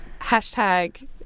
Hashtag